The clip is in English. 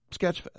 Sketchfest